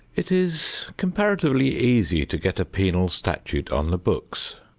it is comparatively easy to get a penal statute on the books.